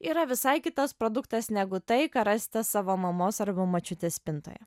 yra visai kitas produktas negu tai ką rasite savo mamos arba močiutės spintoje